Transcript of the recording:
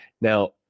Now